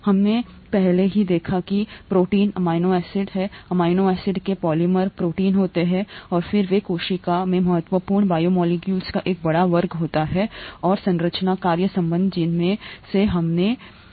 हमने पहले ही देखा है कि protein amino acid amino acid के पॉलिमर प्रोटीन होते हैं और वे कोशिका में महत्वपूर्ण बायोमोलेक्यूल्स का एक बड़ा वर्ग होते हैं और ए संरचना कार्य संबंध जिनमें से एक हमने देखा है